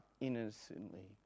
innocently